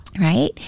Right